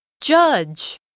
Judge